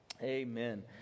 Amen